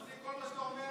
אדוני, כל מה שאתה אומר